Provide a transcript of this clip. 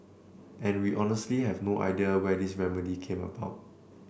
and we honestly have no idea where this remedy came about